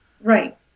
right